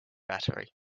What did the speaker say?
battery